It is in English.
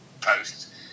post